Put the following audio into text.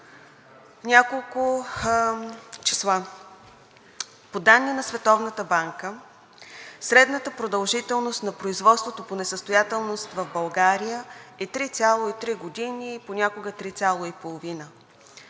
Няколко числа. По данни на Световната банка средната продължителност на производството по несъстоятелност в България е 3,3 години, понякога 3,5